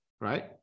right